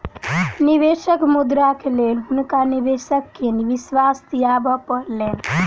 निवेशक मुद्राक लेल हुनका निवेशक के विश्वास दिआबय पड़लैन